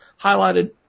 highlighted